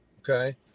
okay